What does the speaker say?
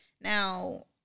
Now